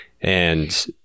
And-